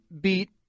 beat